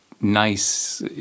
nice